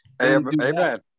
Amen